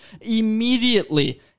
immediately